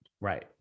right